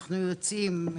אנחנו יוצאים,